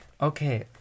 Okay